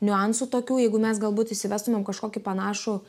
niuansų tokių jeigu mes galbūt įsivestumėm kažkokį panašų